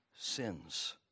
sins